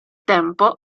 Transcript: tempo